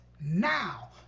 now